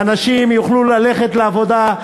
ואנשים יוכלו ללכת לעבודה,